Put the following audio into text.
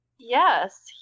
Yes